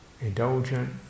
indulgent